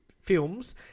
films